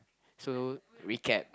so recap